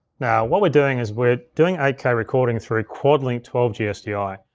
now what we're doing is we're doing eight k recording through quad link twelve g sdi.